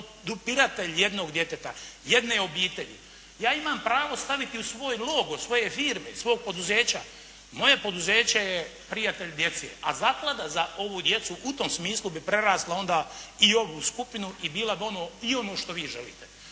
podupiratelj jednog djeteta, jedne obitelji. Ja imam pravo staviti u svoj logo, svoje firme, svog poduzeća, moje poduzeće je prijatelj djece, a zaklada za ovu djecu u tom smislu bi prerasla onda i ovu skupinu i bila bi i ono što vi želite.